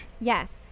Yes